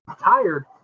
tired